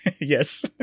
yes